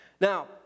Now